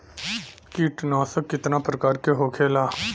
कीटनाशक कितना प्रकार के होखेला?